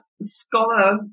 scholar